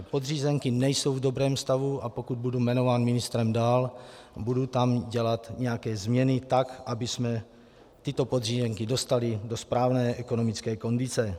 Podřízenky nejsou v dobrém stavu, a pokud budu jmenován ministrem dál, budu tam dělat nějaké změny tak, abychom tyto podřízenky dostali do správné ekonomické kondice.